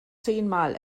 zehnmal